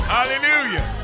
Hallelujah